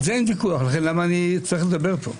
על זה אין ויכוח, לכן למה אני צריך לדבר פה?